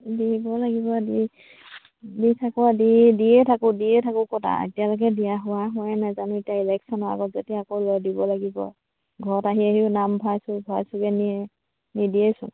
দিব লাগিব দি দি থাকো দি দিয়ে থাকোঁ দিয়ে থাকোঁ ক'ত আ এতিয়ালৈকে দিয়া হোৱা হোৱাই নাই জানো এতিয়া ইলেকশ্যনৰ আগত যেতিয়া আকৌ ল দিব লাগিব ঘৰত আহি আহিও নাম ভৰাইছোঁ ভৰাই চবে নিয়ে নিদিয়েচোন